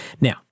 Now